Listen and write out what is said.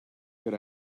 good